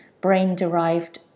brain-derived